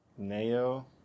Neo